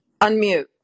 Unmute